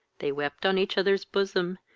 they wept on each other's bosom,